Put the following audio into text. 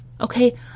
Okay